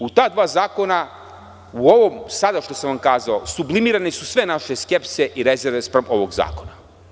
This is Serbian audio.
U ta dva zakona, u ovom do sada što sam vam kazao, sublimirane su sve naše skepse i rezerve spram ovog zakona.